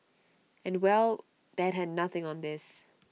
and well that had nothing on this